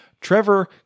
Trevor